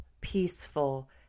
peaceful